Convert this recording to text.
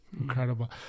incredible